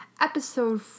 episode